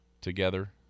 together